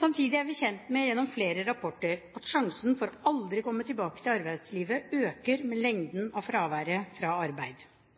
Samtidig er vi gjennom flere rapporter gjort kjent med at risikoen for aldri å komme tilbake til arbeidslivet øker med lengden av fraværet fra arbeid.